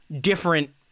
different